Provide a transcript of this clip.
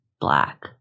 black